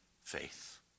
faith